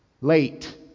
late